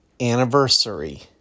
anniversary